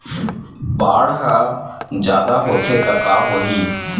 बाढ़ ह जादा होथे त का होही?